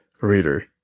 reader